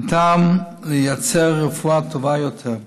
ניתן לייצר רפואה טובה יותר.